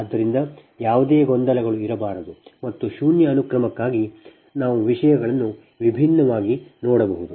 ಆದ್ದರಿಂದ ಯಾವುದೇ ಗೊಂದಲಗಳು ಇರಬಾರದು ಮತ್ತು ಶೂನ್ಯ ಅನುಕ್ರಮಕ್ಕಾಗಿ ನಾವು ವಿಷಯಗಳನ್ನು ವಿಭಿನ್ನವಾಗಿ ನೋಡಬಹುದು